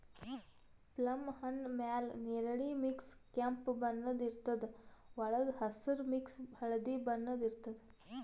plum ಹಣ್ಣ್ ಮ್ಯಾಲ್ ನೆರಳಿ ಮಿಕ್ಸ್ ಕೆಂಪ್ ಬಣ್ಣದ್ ಇರ್ತದ್ ವಳ್ಗ್ ಹಸ್ರ್ ಮಿಕ್ಸ್ ಹಳ್ದಿ ಬಣ್ಣ ಇರ್ತದ್